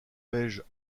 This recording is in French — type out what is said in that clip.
beige